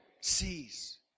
sees